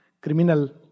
criminal